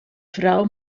frau